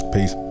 Peace